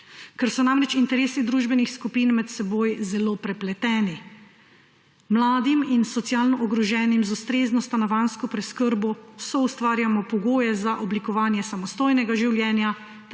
Ker so namreč interesi družbenih skupin med seboj zelo prepleteni, mladim in socialno ogroženim z ustrezno stanovanjsko preskrbo soustvarjamo pogoje za oblikovanje samostojnega življenja